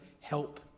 help